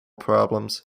problems